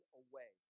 away